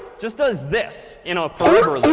just does this in a forever loop.